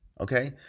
Okay